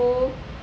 school